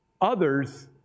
others